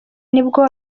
nibwo